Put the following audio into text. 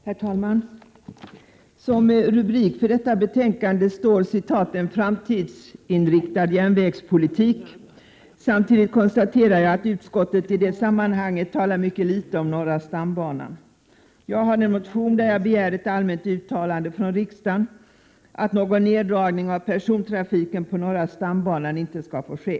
Herr talman! I rubriken till detta betänkande står att det gäller ”en framtidsinriktad järnvägspolitik”. Men jag konstaterar att utskottet i detta sammanhang talar mycket litet om norra stambanan. Jag har en motion där jag begärt ett allmänt uttalande av riksdagen att någon neddragning av persontrafiken på norra stambanan inte skall få ske.